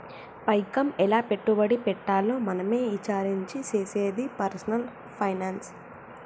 పైకం ఎలా పెట్టుబడి పెట్టాలో మనమే ఇచారించి చేసేదే పర్సనల్ ఫైనాన్స్